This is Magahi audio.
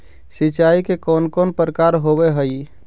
सिंचाई के कौन कौन प्रकार होव हइ?